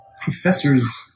professor's